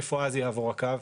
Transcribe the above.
איפה אז יעבור הקו?